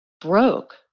broke